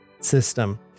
system